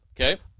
Okay